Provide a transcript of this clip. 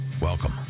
Welcome